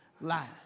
lying